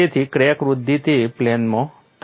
તેથી ક્રેકની વૃદ્ધિ તે પ્લેનમાં થશે